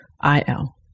I-L